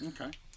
Okay